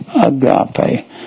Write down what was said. Agape